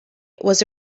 was